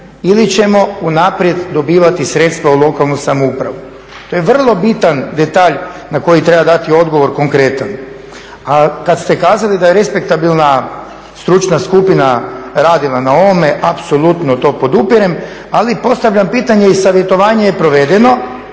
ili ćemo unaprijed dobivati sredstva u lokalnu samoupravu. To je vrlo bitan detalj na koji treba dati odgovor konkretan. A kada ste kazali da je respektabilna stručna skupina radila na ovome, apsolutno to podupirem ali postavljam pitanje i savjetovanje je provedeno